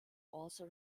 also